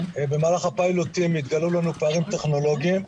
במהלכם התגלו לנו פערים טכנולוגיים.